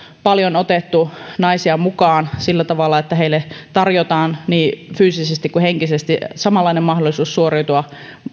paljon otettu naisia mukaan sillä tavalla että heille tarjotaan niin fyysisesti kuin henkisesti samanlainen mahdollisuus suoriutua